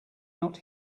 not